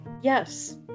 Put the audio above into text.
Yes